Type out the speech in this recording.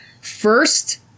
First